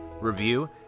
review